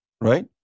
right